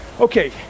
okay